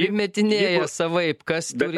primetinėja savaip kas turi